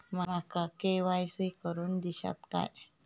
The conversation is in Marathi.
माका के.वाय.सी करून दिश्यात काय?